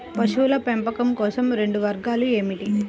పశువుల పెంపకం కోసం రెండు మార్గాలు ఏమిటీ?